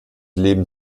leben